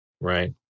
right